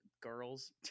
girls